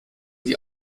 die